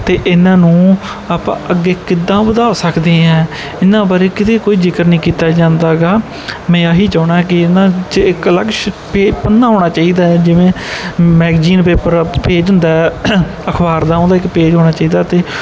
ਅਤੇ ਇਹਨਾਂ ਨੂੰ ਆਪਾਂ ਅੱਗੇ ਕਿੱਦਾਂ ਵਧਾ ਸਕਦੇ ਐ ਇਹਨਾਂ ਬਾਰੇ ਕਿਤੇ ਕੋਈ ਜ਼ਿਕਰ ਨਹੀਂ ਕੀਤਾ ਜਾਂਦਾ ਹੈਗਾ ਮੈਂ ਇਹੀ ਚਾਹੁੰਦਾ ਕਿ ਇਹਨਾਂ 'ਚ ਇੱਕ ਅਲੱਗ ਪੇ ਪੰਨਾ ਹੋਣਾ ਚਾਹੀਦਾ ਹੈ ਜਿਵੇਂ ਮੈਗਜੀਨ ਪੇਪਰ ਪੇਜ ਹੁੰਦਾ ਹੈ ਅਖਬਾਰ ਦਾ ਉਹਨਾਂ ਦਾ ਇੱਕ ਪੇਜ ਹੋਣਾ ਚਾਹੀਦਾ ਅਤੇ